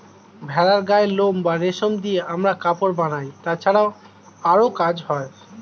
ভেড়ার গায়ের লোম বা রেশম দিয়ে আমরা কাপড় বানাই, তাছাড়াও আরো কাজ হয়